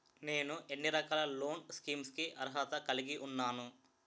నేను ఎన్ని రకాల లోన్ స్కీమ్స్ కి అర్హత కలిగి ఉన్నాను?